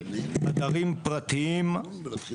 אתרים פרטיים לא יכולים